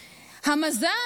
המזל,